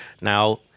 Now